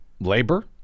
labor